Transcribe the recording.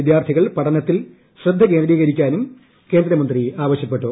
വിദ്യാർത്ഥികൾ പഠനത്തിൽ ശ്രദ്ധ കേന്ദ്രീകരിക്കാനും കേന്ദ്രമന്ത്രി ആവശ്യപ്പെട്ടു